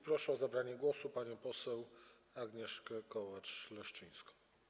Proszę o zabranie głosu panią poseł Agnieszkę Kołacz-Leszczyńską.